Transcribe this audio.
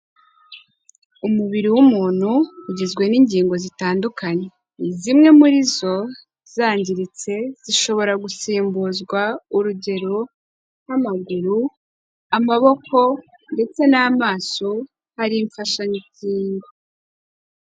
Umubiri w'umuntu ugizwe n'ingingo zitandukanye, zimwe muri zo zangiritse zishobora gusimbuzwa urugero nk'amaguru, amaboko ndetse n'amaso, hari imfashangingo.